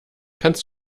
kannst